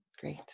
Great